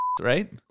Right